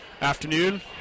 afternoon